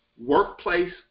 workplace